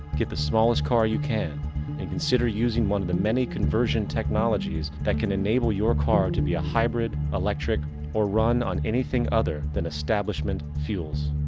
get the smallest car you can and consider using one of the many conversion technologies that can enable your car to be a hybrid, electric or run on anything other than establishment fuels.